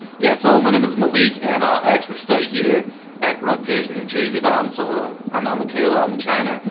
yeah, so my name is malik and i actually studied here at rutgers in new jersey, but um so ah i'm also, i'm a kol ah in china.